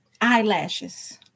Eyelashes